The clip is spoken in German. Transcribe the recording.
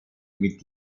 mit